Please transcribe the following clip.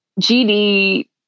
GD